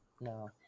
No